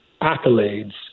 accolades